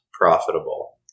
profitable